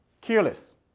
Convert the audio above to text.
careless